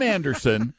Anderson